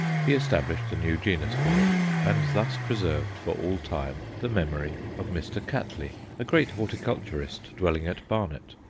he established a new genus for it, and thus preserved for all time the memory of mr. cattley, a great horticulturist dwelling at barnet.